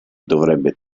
dovrebbe